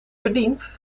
verdiend